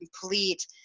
complete